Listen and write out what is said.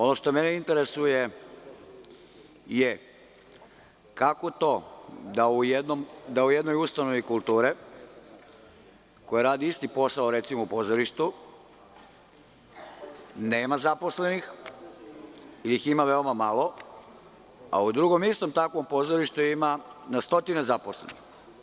Ono što mene interesuje je kako to da u jednoj ustanovi kulture koja radi isti posao, recimo, u pozorištu nema zaposlenih ili ih ima veoma malo, a u drugom istom takvom pozorištu ima na stotine zaposlenih?